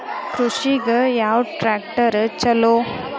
ಕೃಷಿಗ ಯಾವ ಟ್ರ್ಯಾಕ್ಟರ್ ಛಲೋ?